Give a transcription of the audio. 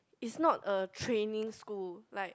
is not a training school like